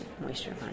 moisture